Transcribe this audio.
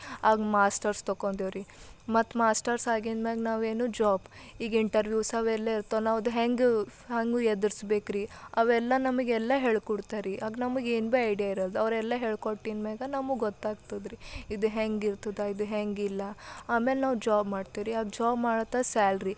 ಆಗ ಮಾಸ್ಟರ್ಸ್ ತೊಗೊಂತೇವ್ರೀ ಮತ್ತು ಮಾಸ್ಟರ್ಸ್ ಆಗಿಂದ್ಮ್ಯಾಗ ನಾವೇನು ಜಾಬ್ ಈಗ ಇಂಟರ್ವ್ಯೂವ್ಸ್ ಅವೆಲ್ಲ ಇರ್ತವ ನಾವು ಅದು ಹೆಂಗ ಹೆಂಗ ಎದುರಿಸ್ಬೇಕ್ರೀ ಅವೆಲ್ಲ ನಮಗೆಲ್ಲ ಹೇಳ್ಕೊಡ್ತಾರ ರೀ ಆಗ ನಮಗೆ ಏನು ಬಿ ಐಡಿಯಾ ಇರಲ್ದು ಅವರೆಲ್ಲ ಹೇಳ್ಕೊಟ್ಟಿದ ಮ್ಯಾಗ ನಮಗೆ ಗೊತ್ತಾಗ್ತದ್ರೀ ಇದು ಹೆಂಗಿರ್ತದ ಇದು ಹೆಂಗಿಲ್ಲ ಆಮ್ಯಾಲ ನಾವು ಜಾಬ್ ಮಾಡ್ತೇವ್ರೀ ಆ ಜಾಬ್ ಮಾಡ್ತಾ ಸ್ಯಾಲ್ರಿ